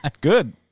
Good